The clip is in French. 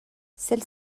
celle